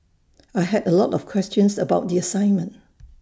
I had A lot of questions about the assignment